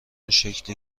شکلی